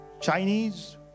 Chinese